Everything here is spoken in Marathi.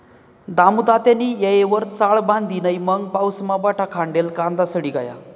दामुतात्यानी येयवर चाळ बांधी नै मंग पाऊसमा बठा खांडेल कांदा सडी गया